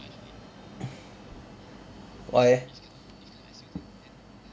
why eh